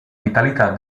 vitalità